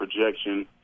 projection